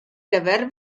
gyfer